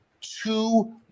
two